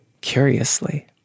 curiously